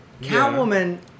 Catwoman